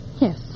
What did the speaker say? Yes